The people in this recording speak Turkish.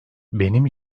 benim